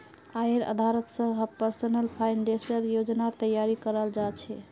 आयेर आधारत स ही पर्सनल फाइनेंसेर योजनार तैयारी कराल जा छेक